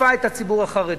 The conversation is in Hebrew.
תקפה את הציבור החרדי.